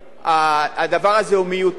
הדבר הזה הוא מיותר,